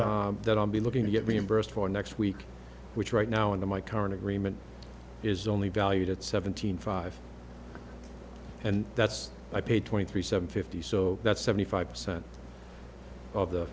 paid that i'll be looking to get reimbursed for next week which right now into my current agreement is only valued at seven hundred five and that's i paid twenty three seven fifty so that's seventy five percent of the